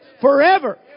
forever